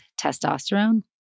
testosterone